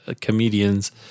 comedians